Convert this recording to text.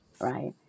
right